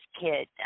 kid